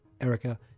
Erica